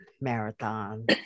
Marathon